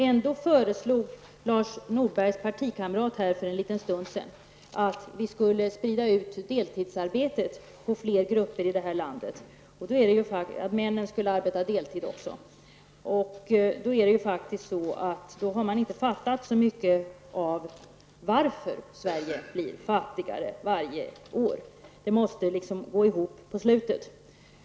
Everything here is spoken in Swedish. Ändå föreslog Lars Norbergs partikamrat här för en liten stund sedan att vi skulle sprida ut deltidsarbetet på fler grupper här i landet, nämligen att också männen skulle arbeta deltid. Då har man inte fattat så mycket av varför Sverige blir fattigare för varje år! Det måste liksom gå ihop på slutet.